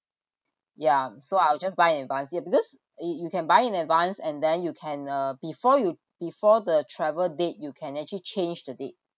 ya so I'll just buy in advance ya because you you can buy in advance and then you can uh before you before the travel date you can actually change the date